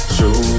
Show